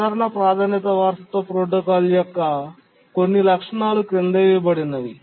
సాధారణ ప్రాధాన్యత వారసత్వ ప్రోటోకాల్ యొక్క కొన్ని లక్షణాలు క్రింద ఇవ్వబడినవి